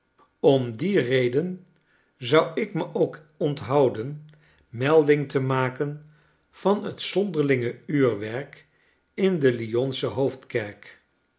om die reden zou ik me ook onthouden melding te maken van t zonderlinge uurwerk in de lyonsche hoofdkerk